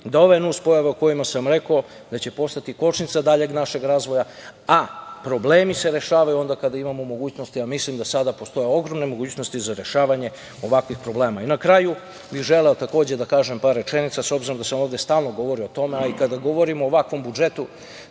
dovoljno nuns pojava o kojima sam rekao, da će postati kočnica našeg daljeg razvoja, a problemi se rešavaju onda kada imamo mogućnost, a mislim da sada postoje ogromne mogućnosti za rešavanje ovakvih problema. Na kraju bih želeo takođe da kažem par rečenica s obzirom da sam ovde stalno govori o tome, a i kada govorimo o ovakvom budžetu